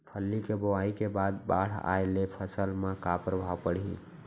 फल्ली के बोआई के बाद बाढ़ आये ले फसल मा का प्रभाव पड़ही?